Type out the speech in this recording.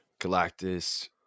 Galactus